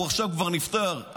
הוא כבר נפטר,